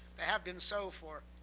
they have been so for